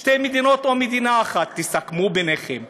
שתי מדינות או מדינה אחת, תסכמו ביניכם.